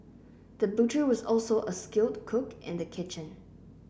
the butcher was also a skilled cook in the kitchen